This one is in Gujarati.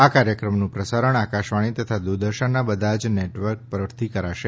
આ કાર્યક્રમનું પ્રસારણ આકાશવાણી તથા દૂરદર્શનના બધા જ નેટવર્ક પરથી કરશે